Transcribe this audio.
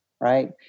Right